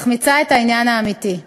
מחמיצה את העניין האמיתי.